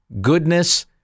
Goodness